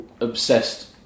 obsessed